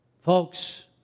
Folks